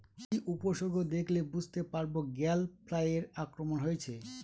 কি কি উপসর্গ দেখলে বুঝতে পারব গ্যাল ফ্লাইয়ের আক্রমণ হয়েছে?